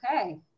okay